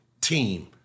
team